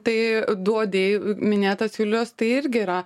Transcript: tai duodi minėtas julijos tai irgi yra